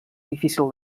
difícil